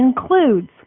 includes